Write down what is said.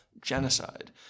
genocide